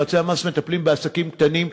יועצי המס מטפלים בעסקים קטנים.